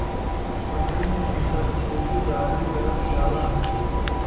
मट्टी में ही सब खेती बारी करल जाला